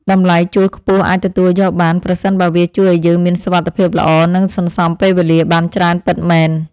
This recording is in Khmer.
តម្លៃជួលខ្ពស់អាចទទួលយកបាន ប្រសិនបើវាជួយឱ្យយើងមានសុវត្ថិភាពល្អ និងសន្សំពេលវេលាបានច្រើនពិតមែន។